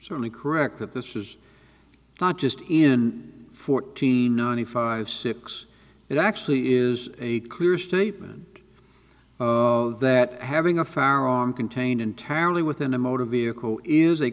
certainly correct that this is not just in fourteen ninety five six it actually is a clear statement that having a fair arm contained in terribly within a motor vehicle is